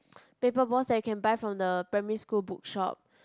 paper balls that you can buy from the primary school book shop